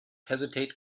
hesitate